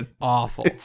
awful